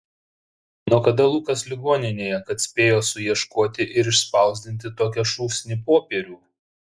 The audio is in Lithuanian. nuo kada lukas ligoninėje kad spėjo suieškoti ir išspausdinti tokią šūsnį popierių